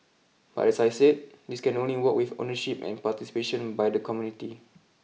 but as I said this can only work with ownership and participation by the community